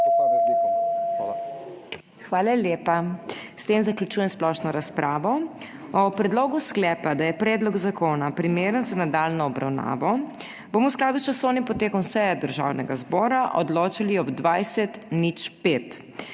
HOT:** Hvala lepa. S tem zaključujem splošno razpravo. O predlogu sklepa, da je predlog zakona primeren za nadaljnjo obravnavo, bomo v skladu s časovnim potekom seje Državnega zbora odločali ob 20.05.